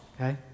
Okay